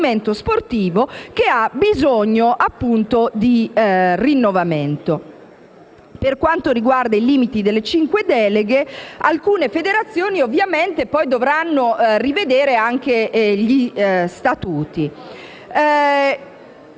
Per quanto riguarda i limiti delle cinque deleghe, alcune federazioni dovranno rivedere anche gli statuti.